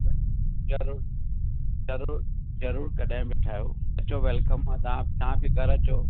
ज़रूरु ज़रूरु ज़रूरु कॾहिं बि ठाहियो अचो वैल्कम आहे तव्हां तव्हां बि घरु अचो